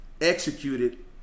executed